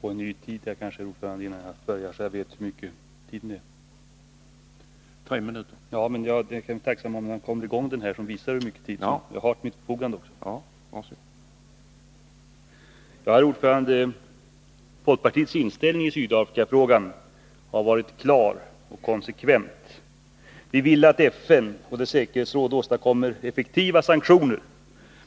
Herr talman! Folkpartiets inställning i Sydafrikafrågan har varit klar och konsekvent. Vi vill att FN och dess säkerhetsråd åstadkommer effektiva sanktioner.